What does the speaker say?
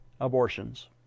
abortions